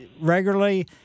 regularly